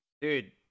Dude